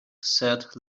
sat